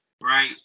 right